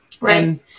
Right